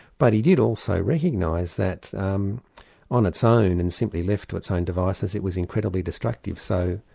but he did also recognise that um on its own, and simply left to its own devices, it was incredibly destructive. so,